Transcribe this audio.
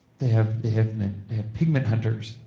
they have pigment have pigment hunters.